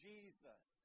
Jesus